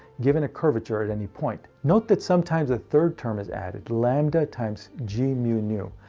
given a curvature at any point. note that sometimes a third term is added, lambda times g mu, nu.